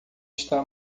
está